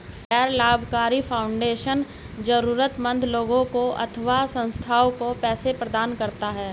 गैर लाभकारी फाउंडेशन जरूरतमन्द लोगों अथवा संस्थाओं को पैसे प्रदान करता है